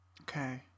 okay